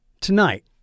Tonight